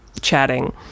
chatting